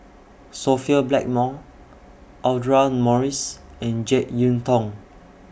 Sophia Blackmore Audra Morrice and Jek Yeun Thong